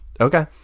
Okay